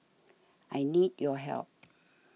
I need your help